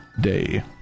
day